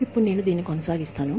ఇప్పుడు నేను దీనితో కొనసాగుతాను